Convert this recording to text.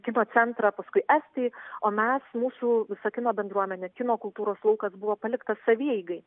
kino centrą paskui estai o mes mūsų visa kino bendruomenė kino kultūros laukas buvo paliktas savieigai